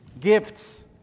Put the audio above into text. gifts